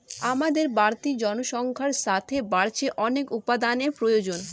আমাদের বাড়তি জনসংখ্যার সাথে বাড়ছে অনেক উপাদানের প্রয়োজন